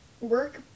work